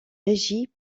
régie